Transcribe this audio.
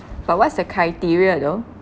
but what's the criteria though